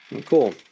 cool